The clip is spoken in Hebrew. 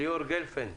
ליאור גלפנד,